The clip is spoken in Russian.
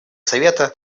совета